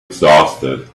exhausted